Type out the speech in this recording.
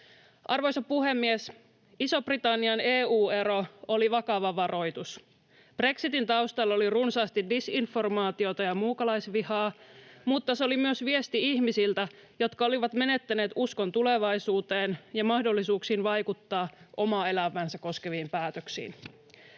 Arvoisa puhemies! Iso-Britannian EU-ero oli vakava varoitus. Brexitin taustalla oli runsaasti disinformaatiota ja muukalaisvihaa, mutta se oli myös viesti ihmisiltä, jotka olivat menettäneet uskon tulevaisuuteen ja mahdollisuuksiin vaikuttaa omaa elämäänsä koskeviin päätöksiin.